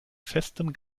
festem